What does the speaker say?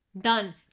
Done